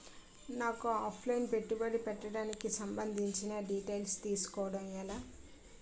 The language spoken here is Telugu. నాకు ఆఫ్ లైన్ పెట్టుబడి పెట్టడానికి సంబందించిన డీటైల్స్ తెలుసుకోవడం ఎలా?